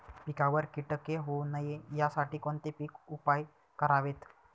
पिकावर किटके होऊ नयेत यासाठी कोणते उपाय करावेत?